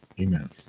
amen